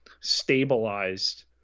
stabilized